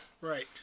Right